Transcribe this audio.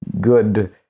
good